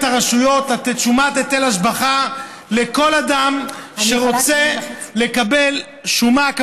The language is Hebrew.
הרשויות לתת שומת היטל השבחה לכל אדם שרוצה לקבל שומה.